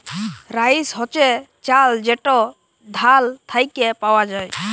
rice হছে চাল যেট ধাল থ্যাইকে পাউয়া যায়